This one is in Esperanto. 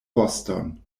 voston